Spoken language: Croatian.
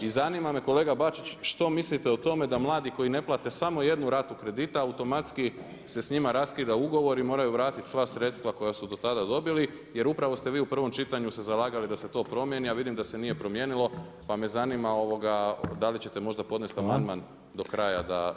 I zanima me kolega Bačić što mislite o tome da mladi koji ne plate samo jednu ratu kredita automatski se s njima raskida ugovor i moraju vratiti sva sredstva koja su do tada dobili jer upravo ste vi u prvom čitanju se zalagali da se to promijeni, a vidim da se nije promijenilo pa me zanima da li ćete možda podnest amandman do kraja da to promjene?